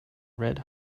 red